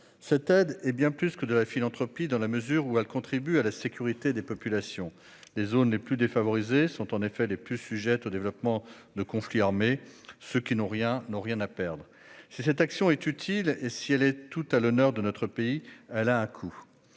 Cette aide est bien plus que de la philanthropie, dans la mesure où elle contribue à la sécurité des populations. Les zones les plus défavorisées sont en effet les plus sujettes au développement de conflits armés. Ceux qui n'ont rien n'ont rien à perdre ! Si cette action est utile et si elle est tout à l'honneur de notre pays, elle a un coût.